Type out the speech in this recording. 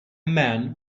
man